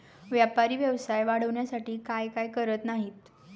व्यापारी व्यवसाय वाढवण्यासाठी काय काय करत नाहीत